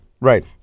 Right